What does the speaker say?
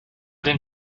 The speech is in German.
den